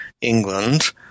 England